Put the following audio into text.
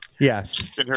Yes